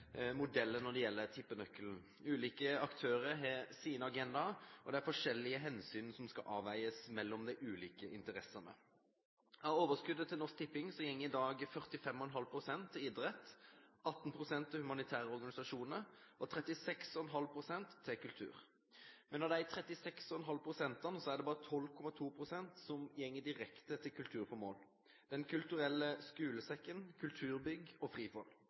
interessene. Av overskuddet til Norsk Tipping går i dag 45,5 pst. til idrett, 18 pst. til humanitære organisasjoner og 36,5 pst. til kultur, men av de 36,5 prosentene er det bare 12,2 pst. som går direkte til kulturformål – Den kulturelle skolesekken, kulturbygg og Frifond.